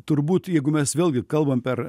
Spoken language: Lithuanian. turbūt jeigu mes vėlgi kalbam per